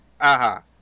Aha